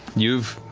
you've.